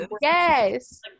Yes